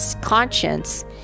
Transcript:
conscience